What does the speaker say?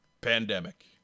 pandemic